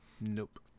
Nope